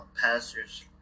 pastors